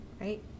right